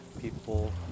people